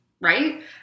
right